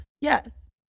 yes